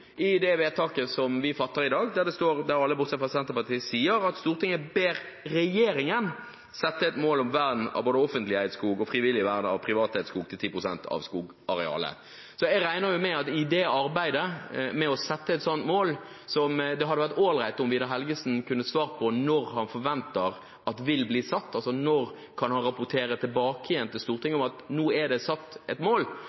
i det vedtaket som vi fatter i dag, der alle bortsett fra Senterpartiet sier: «Stortinget ber regjeringen sette et mål om vern av både offentlig eid skog og frivillig vern av privateid skog til 10 pst. av skogarealet.» Jeg regner med at det i arbeidet med å sette et slikt mål – og det hadde vært ålreit om Vidar Helgesen kunne svare på når han forventer at det vil bli satt, og når han kan rapportere tilbake til Stortinget at nå er det satt et mål